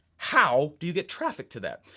how do you get traffic to that?